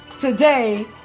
Today